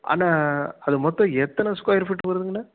அண்ணா அது மொத்தம் எத்தனை ஸ்கொயர் ஃபீட் வருதுங்க அண்ணா